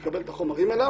מקבל את החומרים אליו.